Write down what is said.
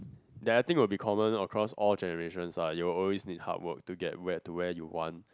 that I think will be common across all generations ah you all always need hard work to get where to where you want